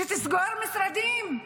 שתסגור משרדים,